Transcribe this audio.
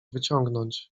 wyciągnąć